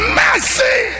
mercy